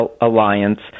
alliance